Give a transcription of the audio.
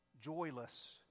joyless